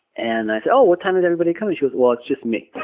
and i said, oh, what time is everybody coming? she goes, well, it's just me.